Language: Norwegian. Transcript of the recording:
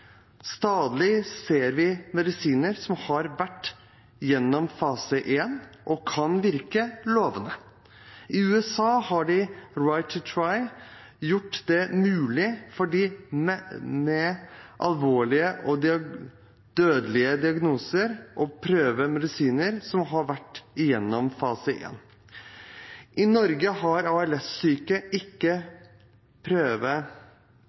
ser vi medisiner som har vært gjennom fase 1, og som kan virke lovende. I USA har «right to try» gjort det mulig for dem med alvorlige og dødelige diagnoser å prøve medisiner som har vært gjennom fase 1. I Norge får ALS-syke ikke